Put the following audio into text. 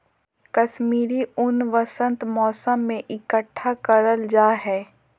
कश्मीरी ऊन वसंत मौसम में इकट्ठा करल जा हय